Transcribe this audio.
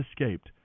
escaped